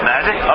Magic